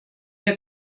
der